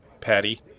Patty